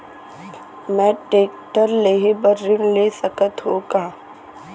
मैं टेकटर लेहे बर ऋण ले सकत हो का?